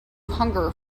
hunger